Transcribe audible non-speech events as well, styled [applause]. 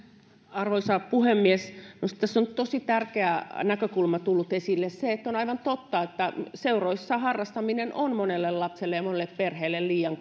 arvoisa puhemies minusta tässä on tosi tärkeä näkökulma tullut esille on aivan totta että seuroissa harrastaminen on monelle lapselle ja monelle perheelle liian [unintelligible]